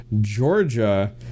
Georgia